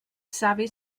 savi